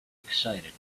excited